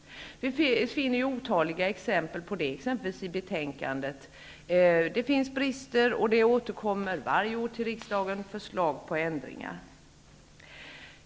Det finns otaliga exempel på det, även i betänkandet. Det finns brister, och varje år kommer förslag på ändringar till riksdagen.